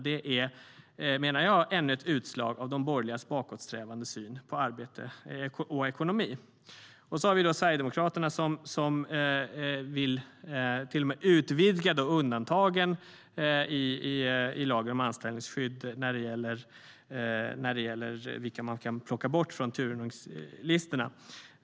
Det är ännu ett utslag av de borgerligas bakåtsträvande syn på arbete och ekonomi. Sverigedemokraterna vill till och med utvidga undantagen i lagen om anställningsskydd när det gäller vilka man kan plocka bort från turordningslistorna.